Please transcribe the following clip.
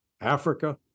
Africa